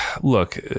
look